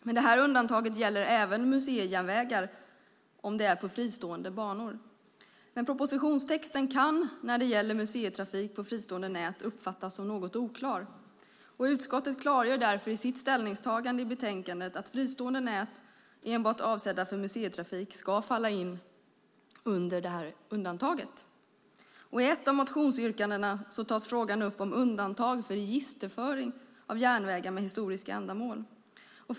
Men detta undantag gäller även museijärnvägar om det är fristående banor. Men propositionstexten kan när det gäller museitrafik på fristående nät uppfattas som något oklar. Utskottet klargör därför i sitt ställningstagande i betänkandet att fristående nät enbart avsedda för museitrafik ska falla in under detta undantag. I ett av motionsyrkandena tas frågan om undantag för registerföring av järnvägar med historiska ändamål upp.